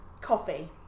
Coffee